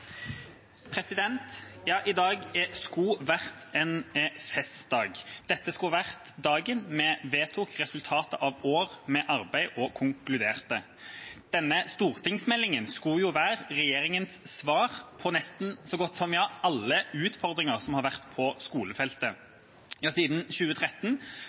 I dag skulle vært en festdag. Dette skulle vært dagen vi vedtok resultatet av år med arbeid, og konkluderte. Denne stortingsmeldinga skulle være regjeringas svar på så godt som alle utfordringer som har vært på skolefeltet. Siden 2013